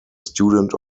student